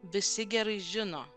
visi gerai žino